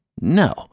No